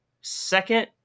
second